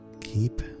keep